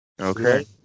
Okay